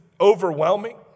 overwhelming